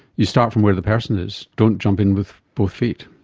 you start from where the person is, don't jump in with both feet.